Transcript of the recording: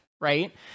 right